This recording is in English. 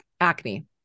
acne